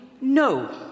no